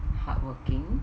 hardworking